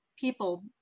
people